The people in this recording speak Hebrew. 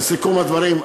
לסיכום הדברים,